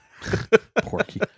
porky